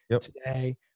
today